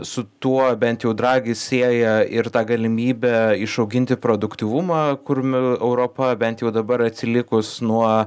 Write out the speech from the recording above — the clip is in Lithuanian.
su tuo bent jau dragi sieja ir tą galimybę išauginti produktyvumą kur europa bent jau dabar atsilikus nuo